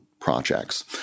projects